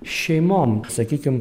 šeimom sakykim